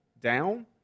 down